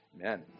Amen